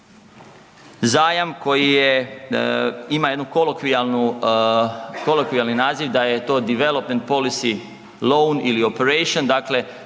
zajam koji ima jedan kolokvijalan naziv da je to Development Policy Loan ili operation, dakle